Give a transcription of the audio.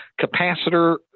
capacitor